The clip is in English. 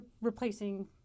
replacing